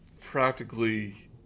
practically